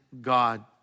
God